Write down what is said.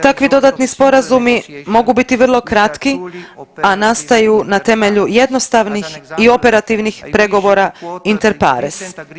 Takvi dodatni sporazumi mogu biti vrlo kratki, a nastaju na temelju jednostavnih i operativnih pregovora inter partes.